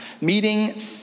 meeting